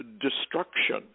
destruction